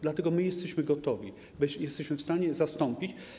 Dlatego my jesteśmy gotowi, jesteśmy w stanie je zastąpić.